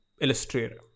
illustrator